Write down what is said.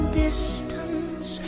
distance